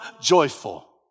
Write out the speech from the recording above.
joyful